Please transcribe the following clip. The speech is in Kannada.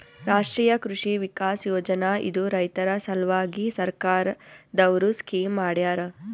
ರಾಷ್ಟ್ರೀಯ ಕೃಷಿ ವಿಕಾಸ್ ಯೋಜನಾ ಇದು ರೈತರ ಸಲ್ವಾಗಿ ಸರ್ಕಾರ್ ದವ್ರು ಸ್ಕೀಮ್ ಮಾಡ್ಯಾರ